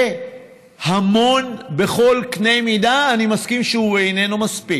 זה המון בכל קנה מידה, אני מסכים שזה לא מספיק.